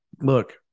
Look